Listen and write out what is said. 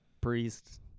priest